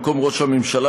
במקום ראש הממשלה,